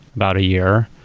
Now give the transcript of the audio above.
about a year.